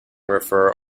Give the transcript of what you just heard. refer